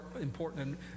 important